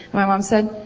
my mom said,